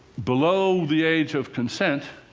below the age of consent